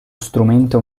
strumento